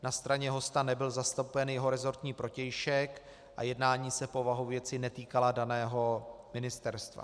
Na straně hosta nebyl zastoupen jeho resortní protějšek a jednání se povahou věci netýkala daného ministerstva.